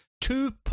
two